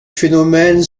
phénomène